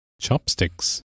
chopsticks